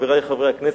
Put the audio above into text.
חברי חברי הכנסת,